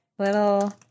Little